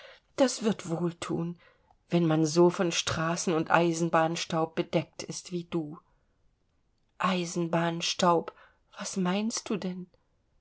das wird wohl thun wenn man so von straßen und eisenbahnstaub bedeckt ist wie du eisenbahnstaub was meinst du denn